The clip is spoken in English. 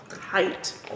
height